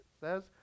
says